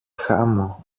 χάμω